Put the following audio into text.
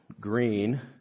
green